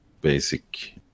basic